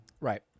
Right